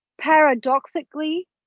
paradoxically